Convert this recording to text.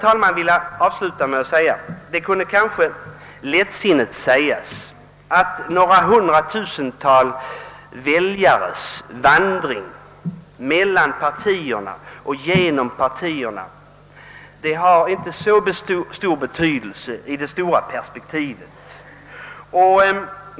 Jag vill avslutningsvis framhålla att det kanske lättsinnigt kan hävdas, att några hundratusental väljares vandring mellan partierna och genom partierna inte har så stor betydelse i det stora perspektivet.